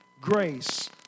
grace